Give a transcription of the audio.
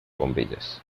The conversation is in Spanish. bombillas